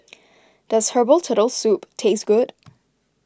does Herbal Turtle Soup taste good